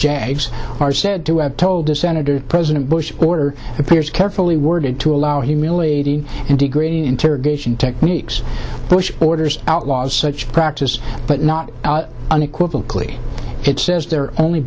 jags are said to have told us senator president bush order appears carefully worded to allow humiliating and degrading interrogation techniques bush orders outlaws such practice but not unequivocally it says they're only